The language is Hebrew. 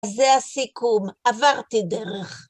זה הסיכום, עברתי דרך.